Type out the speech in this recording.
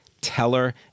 Teller